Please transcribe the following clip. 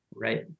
Right